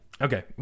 Okay